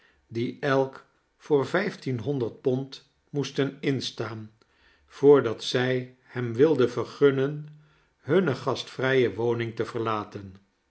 die elk voor vijftienhonderd pond moesten instaan voordat zij hem wilden vergunnen hunne gastvrye woning te verlaten